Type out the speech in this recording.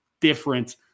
different